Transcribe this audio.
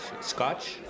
Scotch